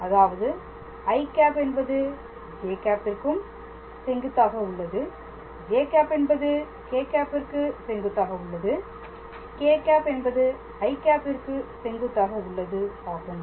அதாவது î என்பது ĵ விற்கு செங்குத்தாக உள்ளது ĵ என்பது k̂ விற்கு செங்குத்தாக உள்ளது k̂ என்பது î விற்கு செங்குத்தாக உள்ளது ஆகும்